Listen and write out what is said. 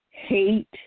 hate